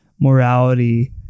morality